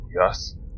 Yes